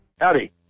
Howdy